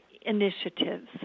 initiatives